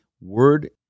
word